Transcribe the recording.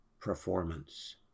performance